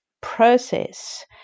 process